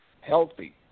Healthy